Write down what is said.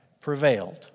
prevailed